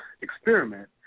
experiment